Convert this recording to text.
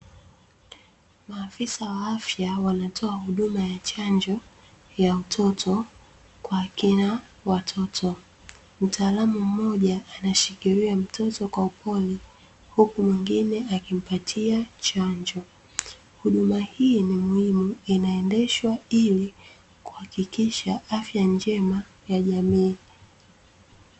Maafisa wa afya wanatoa huduma ya chanjo ya watoto, kwa akina watoto mtaalamu mmoja anashikilia mtoto kwa upole, huku mwingine akimpatia chanjo. Huduma hii ni muhimu inaendeshwa ili kuhakikisha afya njema ya jamii.